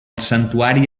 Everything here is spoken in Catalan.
santuari